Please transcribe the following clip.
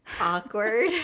awkward